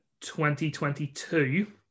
2022